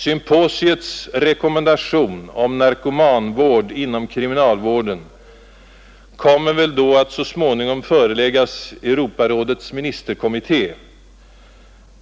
Symposiets rekommendation om narkomanvård inom kriminalvården kommer väl att så småningom föreläggas Europarådets ministerkommitté.